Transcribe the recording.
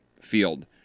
field